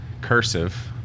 cursive